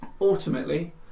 ultimately